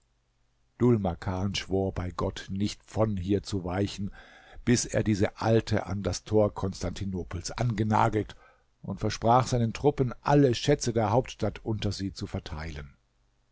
schwor bei gott nicht von hier zu weichen bis er diese alte an das tor konstantinopels angenagelt und versprach seinen truppen alle schätze der hauptstadt unter sie zu verteilen